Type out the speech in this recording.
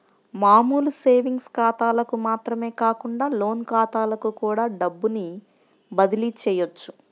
మామూలు సేవింగ్స్ ఖాతాలకు మాత్రమే కాకుండా లోన్ ఖాతాలకు కూడా డబ్బుని బదిలీ చెయ్యొచ్చు